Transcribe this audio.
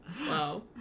Wow